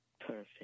Perfect